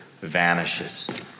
vanishes